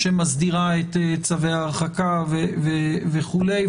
שמסדירה את צווי ההרחקה וכולי.